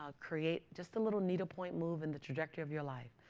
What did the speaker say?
ah create just a little needlepoint move in the trajectory of your life.